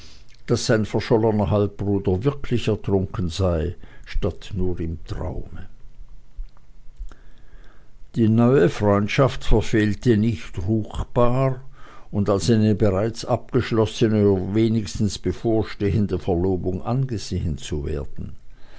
daß sein verschollener halbbruder wirklich ertrunken sei statt nur in einem traume die neue freundschaft verfehlte nicht ruchbar und als eine bereits abgeschlossene oder wenigstens bevorstehende verlobung angesehen zu werden